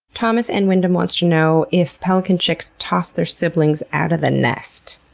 thomas n wyndham wants to know if pelican chicks toss their siblings out of the nest.